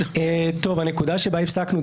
הנקודה בה הפסקנו.